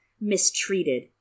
mistreated